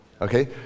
okay